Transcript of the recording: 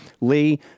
Lee